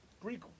Greek